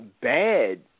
bad